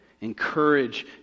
Encourage